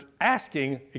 asking